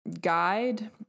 guide